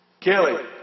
Kelly